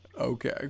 Okay